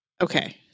Okay